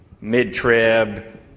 mid-trib